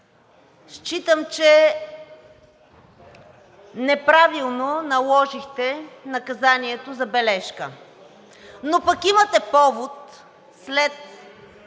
считам, че неправилно наложихте наказанието „забележка“, но пък имате повод след